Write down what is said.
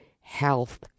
health